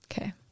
Okay